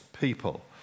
people